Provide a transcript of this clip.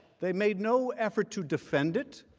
they made no effort to defend it.